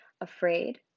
afraid